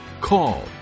call